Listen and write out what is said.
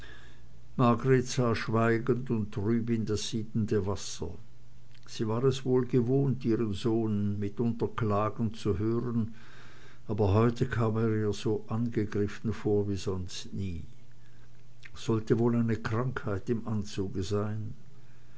und trübe in das siedende wasser sie war es wohl gewohnt ihren sohn mitunter klagen zu hören aber heute kam er ihr so angegriffen vor wie sonst nie sollte wohl eine krankheit im anzuge sein